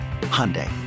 Hyundai